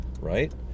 right